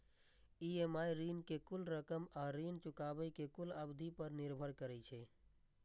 EMI ऋण के कुल रकम आ ऋण चुकाबै के कुल अवधि पर निर्भर करै छै